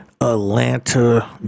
Atlanta